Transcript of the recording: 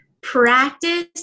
Practice